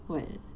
what